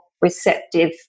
receptive